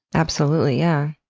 absolutely, yeah.